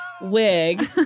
Wig